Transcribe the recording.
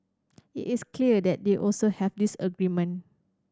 it is clear that they also have disagreement